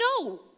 no